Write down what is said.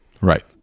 Right